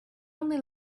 only